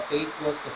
Facebook